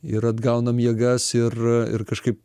ir atgaunam jėgas ir ir kažkaip